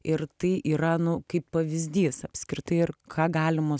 ir tai yra nu kaip pavyzdys apskritai ir ką galima